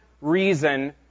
reason